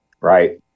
Right